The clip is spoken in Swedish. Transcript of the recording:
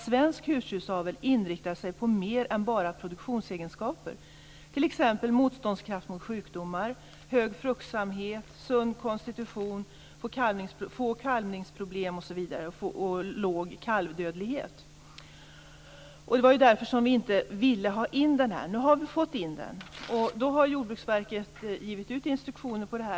Svensk husdjursavel inriktar sig på mer än bara produktionsegenskaper, t.ex. motståndskraft mot sjukdomar, hög fruktsamhet, sund konstitution, få kalvningsproblem och låg kalvdödlighet. Det var därför som vi inte ville ha in den. Nu har vi fått in den, och då har Jordbruksverket gett ut instruktioner om detta.